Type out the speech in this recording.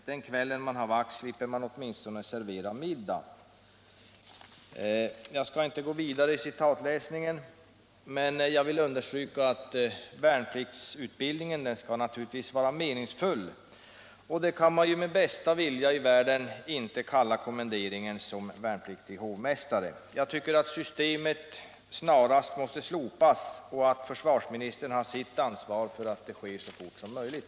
Den kvällen man har vakt slipper man åtminstone servera middag.” Jag skall inte gå vidare i citatläsningen, men jag vill understryka att värnpliktsutbildningen naturligtvis skall vara meningsfull, och det kan man ju med bästa vilja i världen inte kalla kommenderingen som värnpliktig hovmästare. Jag anser att systemet snarast måste slopas och att försvarsministern har sitt ansvar för att det sker så fort som möjligt.